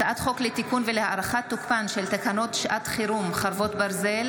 הצעת חוק לתיקון ולהארכת תוקפן של תקנות שעת חירום (חרבות ברזל)